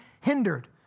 hindered